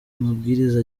amabwiriza